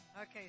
Okay